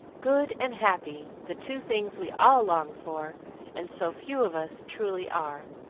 good and happy the two things we all long for and so few of us truly are.